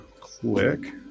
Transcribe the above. click